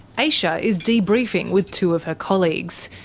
aisha is debriefing with two of her colleagues.